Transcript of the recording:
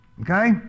Okay